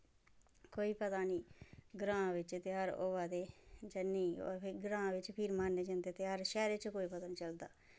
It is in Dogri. कोई पता निं ग्रांऽ बिच्च त्यहार होआ दे जां नेईं होआ दे ग्रांऽ बिच्च फ्ही मनाए जंदे त्यहार शैह्रें च कोई पता निं चलदा